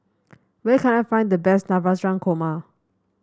where can I find the best Navratan Korma